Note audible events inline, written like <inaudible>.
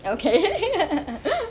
okay <laughs>